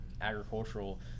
agricultural